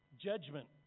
Judgment